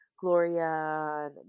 Gloria